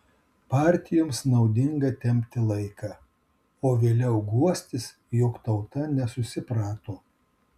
partijoms naudinga tempti laiką o vėliau guostis jog tauta nesusiprato